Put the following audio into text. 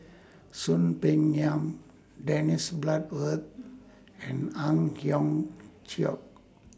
Soon Peng Yam Dennis Bloodworth and Ang Hiong Chiok